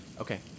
Okay